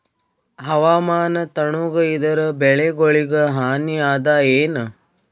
ಹವಾಮಾನ ತಣುಗ ಇದರ ಬೆಳೆಗೊಳಿಗ ಹಾನಿ ಅದಾಯೇನ?